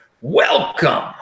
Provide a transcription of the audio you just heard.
Welcome